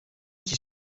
qui